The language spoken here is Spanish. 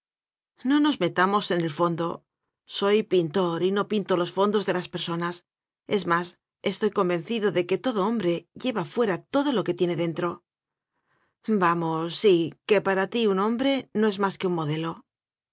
no nos metamos al fondo soy pintor y no pinto los fondos de las personas es más estoy convencido'de que todo hombre lleva fuera todo lo que tiene dentro vamos sí que para ti un hombre no es más que un modelo